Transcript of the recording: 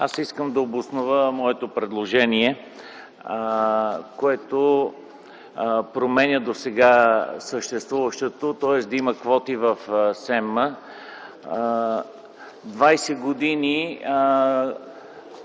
Аз искам да обоснова моето предложение, което променя досега съществуващото, тоест да има квоти в СЕМ. Двадесет години